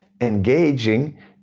engaging